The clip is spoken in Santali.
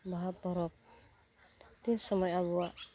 ᱵᱟᱦᱟ ᱯᱚᱨᱚᱵᱽ ᱛᱤᱱᱥᱚᱢᱚᱭ ᱟᱵᱚᱣᱟᱜ